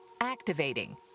activating